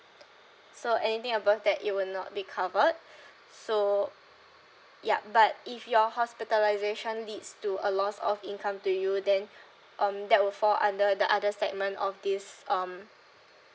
so anything above that it will not be covered so yup but if your hospitalization leads to a loss of income to you then um that will fall under the other segment of this um